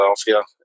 Philadelphia